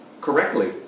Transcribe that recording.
correctly